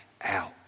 out